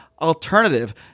alternative